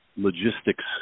logistics